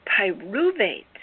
pyruvate